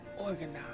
organize